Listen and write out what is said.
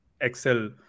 Excel